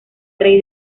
rey